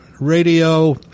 radio –